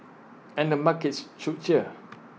and the markets should cheer